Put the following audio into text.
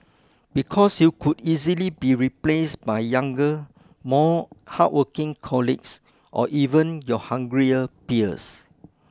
because you could easily be replaced by younger more hardworking colleagues or even your hungrier peers